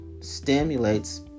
stimulates